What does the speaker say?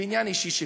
בעניין אישי שלי.